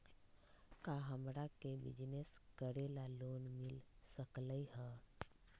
का हमरा के बिजनेस करेला लोन मिल सकलई ह?